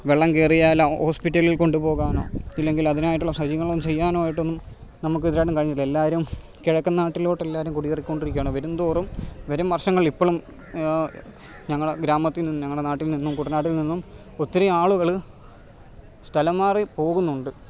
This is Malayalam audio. വെള്ളം കയറിയാലാ ഹോസ്പിറ്റലിൽ കൊണ്ടുപോകാനോ ഇല്ലെങ്കിലതിനായിട്ടുള്ള സജീകരണങ്ങൾ ചെയ്യാനോ ആയിട്ടൊന്നും നമുക്ക് ഇതുവരെയായിട്ടും കഴിഞ്ഞിട്ടില്ല എല്ലാവരും കിഴക്കൻ നാട്ടിലോട്ടെല്ലാലരും കുടിയേറിക്കൊണ്ടിരിക്കുകയാണെന്നു വരുന്തോറും വരും വർഷങ്ങളിപ്പോളും ഞങ്ങളുടെ ഗ്രാമത്തില്നിന്ന് ഞങ്ങളുടെ നാട്ടിൽ നിന്നും കുട്ടനാട്ടിൽ നിന്നും ഒത്തിരി ആളുകള് സ്ഥലം മാറി പോകുന്നുണ്ട്